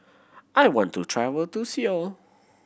I want to travel to Seoul